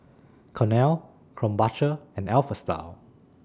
Cornell Krombacher and Alpha Style